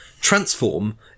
transform